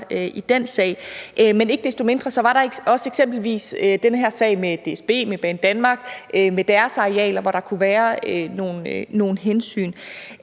i den sag. Men ikke desto mindre var der også eksempelvis den her sag med DSB, med Banedanmark, altså deres arealer, hvor der kunne være nogle hensyn.